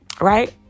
right